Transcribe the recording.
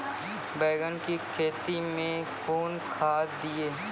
बैंगन की खेती मैं कौन खाद दिए?